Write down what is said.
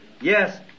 Yes